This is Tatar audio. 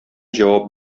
җавап